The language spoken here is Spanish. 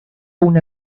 una